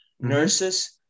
nurses